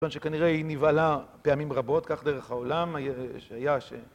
כיוון שכנראה היא נבהלה פעמים רבות, כך דרך העולם, שהיה ש...